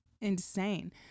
insane